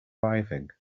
arriving